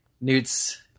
Newt's